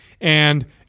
and-